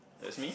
that me